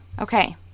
Okay